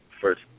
first